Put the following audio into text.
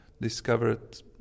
discovered